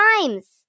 times